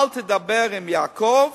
אל תדבר עם יעקב